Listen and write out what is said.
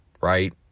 right